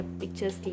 pictures